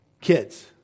kids